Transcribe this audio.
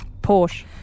Porsche